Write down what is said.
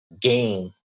game